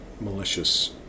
malicious